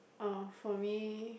oh for me